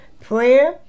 prayer